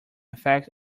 effect